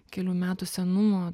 kelių metų senumo